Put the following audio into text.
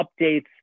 updates